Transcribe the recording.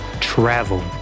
travel